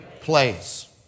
place